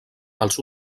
als